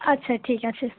আচ্ছা ঠিক আছে